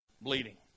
bleeding